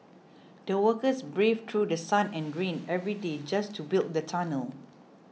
the workers braved through sun and rain every day just to build the tunnel